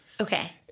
Okay